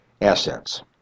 assets